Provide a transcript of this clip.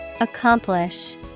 Accomplish